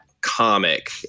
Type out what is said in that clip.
comic